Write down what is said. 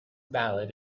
ballad